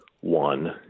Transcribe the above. one